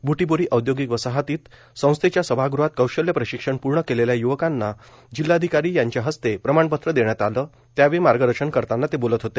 ब्टीबोरी औदयोगिक वसाहतीत संस्थेच्या सभागृहात कौशल्य प्रशिक्षण पूर्ण केलेल्या य्वकांना जिल्हाधिकारी यांच्या हस्ते प्रमाणपत्र देण्यात आलं त्यावेळी मार्गदर्शन करताना ते बोलत होते